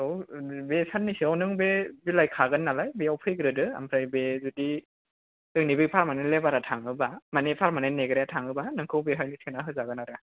औ बे साननैसोआव नों बे बिलाइ खागोन नालाय बेयाव फैग्रोदो आमफ्राय बे जुदि जोंनि बे पारमानेन्ट लेबारा थाङोबा मानि पारमानेन्ट नेग्राया थाङोबा नोंखौ बेहायनो सोना होजागोन आरो